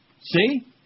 See